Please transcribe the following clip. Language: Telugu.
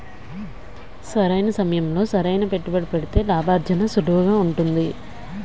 సరైన సమయంలో సరైన పెట్టుబడి పెడితే లాభార్జన సులువుగా ఉంటుంది